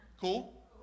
Cool